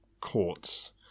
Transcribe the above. courts